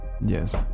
Yes